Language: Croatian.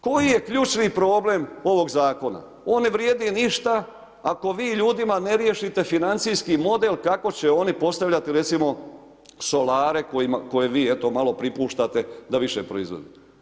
Koji je ključni problem ovog zakona, on ne vrijedi ništa ako vi ljudima ne riješite financijski model, kako će oni postavljati recimo solarne koje vi malo pripuštate da više proizvodite.